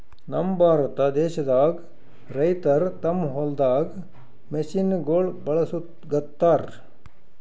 ನಮ್ ಭಾರತ ದೇಶದಾಗ್ ರೈತರ್ ತಮ್ಮ್ ಹೊಲ್ದಾಗ್ ಮಷಿನಗೋಳ್ ಬಳಸುಗತ್ತರ್